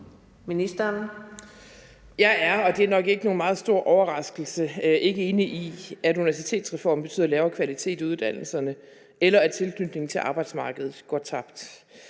Egelund): Jeg er, og det er nok ikke nogen stor overraskelse, ikke enig i, at universitetsreformen betyder lavere kvalitet i uddannelserne, eller at tilknytningen til arbejdsmarkedet går tabt.